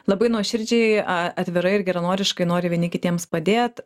labai nuoširdžiai a atvirai ir geranoriškai nori vieni kitiems padėt